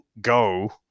go